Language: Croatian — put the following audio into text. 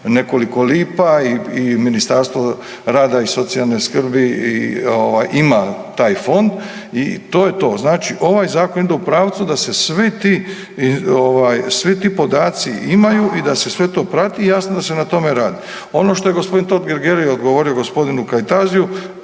nekoliko lipa i Ministarstvo rada i socijalne skrbi ima taj fond i to je to. Znači, ovaj Zakon ide u pravcu da se svi ti podaci imaju i da se sve to prati i jasno da se na tome radi. Ono što je gospodin Totgergeli odgovorio gospodinu Kajtaziju